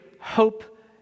hope